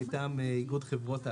מטעם איגוד חברות האשראי.